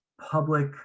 public